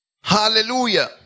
Hallelujah